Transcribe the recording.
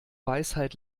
weisheit